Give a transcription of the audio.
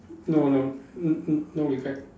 no no n~ n~ no regret